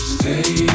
Stay